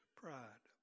pride